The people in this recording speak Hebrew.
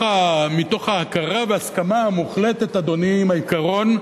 מתוך ההכרה וההסכמה המוחלטת, אדוני, עם העיקרון,